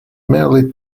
merely